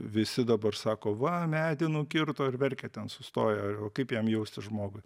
visi dabar sako va medį nukirto ir verkia ten sustoję kaip jam jaustis žmogui